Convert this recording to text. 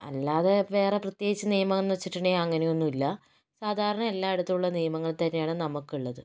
അല്ലാതെ വേറെ പ്രത്യേകിച്ച് നിയമം എന്ന് വെച്ചിട്ടുണ്ടെങ്കില് അങ്ങനെ ഒന്നും ഇല്ല സാധാരണ എല്ലാ ഇടത്തും ഉള്ള നിയമങ്ങള് തന്നെയാണ് നമുക്കും ഉള്ളത്